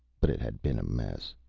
but it had been a mess.